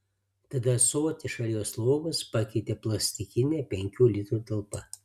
tada ąsotį šalia jos lovos pakeitė plastikinė penkių litrų talpa